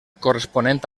corresponent